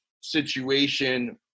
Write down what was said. situation